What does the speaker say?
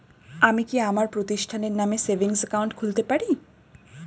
আমি কি আমার প্রতিষ্ঠানের নামে সেভিংস একাউন্ট খুলতে পারি?